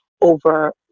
over